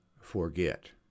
forget